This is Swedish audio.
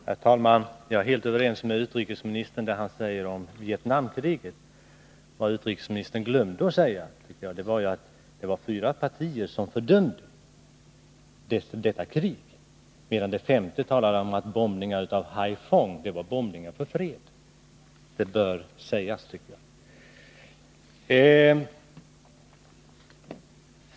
Herr talman! Jag är helt överens med utrikesministern om det han säger beträffande Vietnamkriget. Vad utrikesministern glömde att säga var att det var fyra partier som fördömde detta krig medan det femte talade om att bombningarna av Hai Phong var bombningar för fred. Detta bör sägas.